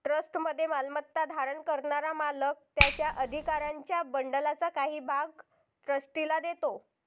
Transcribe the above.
ट्रस्टमध्ये मालमत्ता धारण करणारा मालक त्याच्या अधिकारांच्या बंडलचा काही भाग ट्रस्टीला देतो